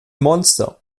monster